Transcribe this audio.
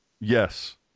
Yes